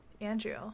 Andrew